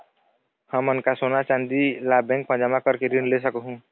हमन का सोना चांदी ला बैंक मा जमा करके ऋण ले सकहूं?